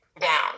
down